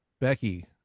becky